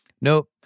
Nope